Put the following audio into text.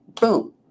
boom